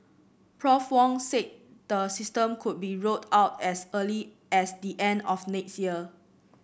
Prof Wong said the system could be rolled out as early as the end of next year